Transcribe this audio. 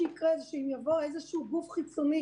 יבוא גוף חיצוני,